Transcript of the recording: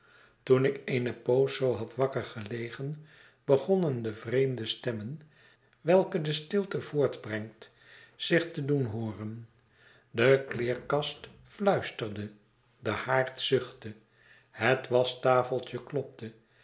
toen ik eene poos zoo had wakker gelegen begonnen de vreemde stemmen welke de stilte voortbrengt zich te doen hooren de kleerkast fluisterde de haard zuchtte het waschtafeltje klopte